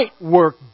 work